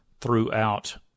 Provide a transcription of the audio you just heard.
throughout